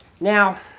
Now